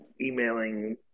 emailing